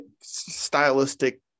stylistic